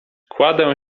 kładę